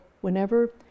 whenever